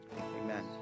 Amen